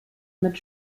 mit